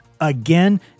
again